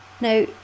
Now